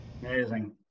Amazing